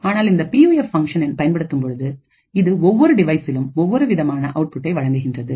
ஆனால் இந்த PUF function பயன்படுத்தும் பொழுது இது ஒவ்வொரு டிவைஸ்சிலும் ஒவ்வொரு விதமான அவுட் புட்டை வழங்குகின்றது